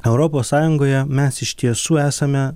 europos sąjungoje mes iš tiesų esame